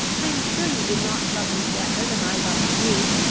i am sure you did not love me better than i loved you.